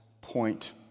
point